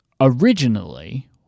originally